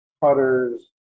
Putters